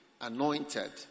anointed